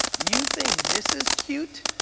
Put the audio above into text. you think this is cute?